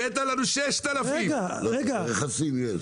הראית לנו 6,000. לרכסים יש.